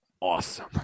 awesome